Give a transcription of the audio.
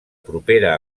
propera